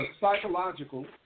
psychological